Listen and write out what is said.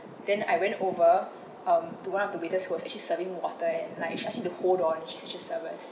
then I went over um to one of the waiters who was actually serving water and like she asked me to hold on she said she'll serve us